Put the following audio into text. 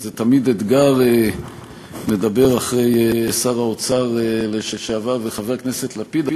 זה תמיד אתגר לדבר אחרי שר האוצר לשעבר וחבר הכנסת לפיד,